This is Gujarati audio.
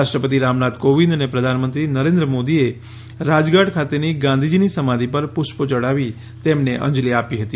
રાષ્ટ્રપતિ રામનાથ કોવિદ અને પ્રધાનમંત્રી નરેન્દ્ર મોદીએ રાજધાટ ખાતેની ગાંધીજીની સમાધિ પર પૂષ્પો યઢાવી તેમને અંજલી આપી હતી